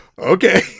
Okay